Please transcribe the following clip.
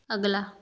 ਅਗਲਾ